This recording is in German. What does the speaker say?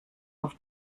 auf